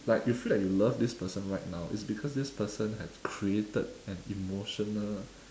like you feel that you love this person right now is because this person has created an emotional